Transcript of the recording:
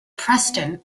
preston